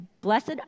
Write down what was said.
Blessed